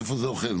איפה זה יוחל?